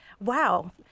wow